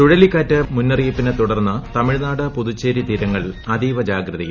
ചുഴലിക്കാറ്റ് മുന്നിറ്റിയി്പ്പിനെ തുടർന്ന് തമിഴ്നാട് പുതുച്ചേരി ന് തീരങ്ങൾ അതീവ ജാഗ്രതയിൽ